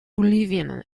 bolivien